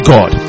God